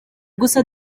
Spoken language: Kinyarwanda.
gusa